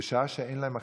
בשעה שאין להם הכנסות?